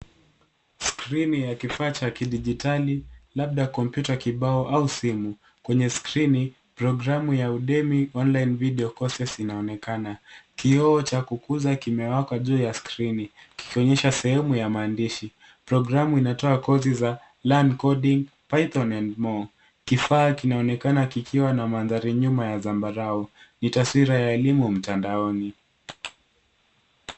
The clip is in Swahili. Skrini ya kifaa cha kidigitali, labda kompYuta kibao au simu. Kwenye skrini, programu ya Udemy Online Video Courses inaonekana. Kioo cha kukuza kimewaka juu ya skrini, kikionyesha semu ya mandishi. Programu inatoa kozi za Learn Coding, Python, and more . Kifaa kinaonekana kikiwa na mandhari nyuma ya zambarau. Ni taswira ya elimu mtandaoni.